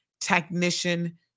technician